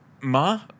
Ma